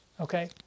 okay